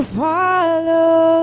follow